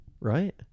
right